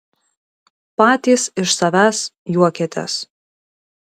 patys iš savęs juokiatės